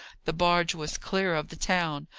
the barge was clear of the town,